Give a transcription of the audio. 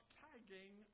tagging